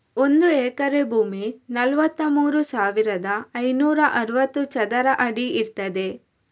ಒಂದು ಎಕರೆ ಭೂಮಿ ನಲವತ್ತಮೂರು ಸಾವಿರದ ಐನೂರ ಅರವತ್ತು ಚದರ ಅಡಿ ಇರ್ತದೆ